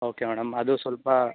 okay madam ಅದು ಸ್ವಲ್ಪ